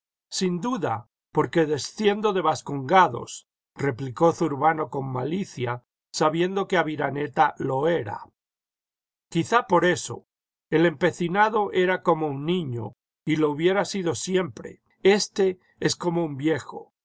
sin duda porque desciendo de vascongados replicó zurbano con malicia sabiendo que aviraneta lo era quizá por eso el empecinado era como un niño y lo hubiera sido siempre éste es como un viejo